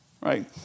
Right